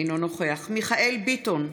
אינו נוכח מיכאל מרדכי ביטון,